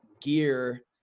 gear